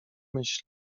myśli